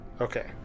Okay